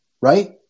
right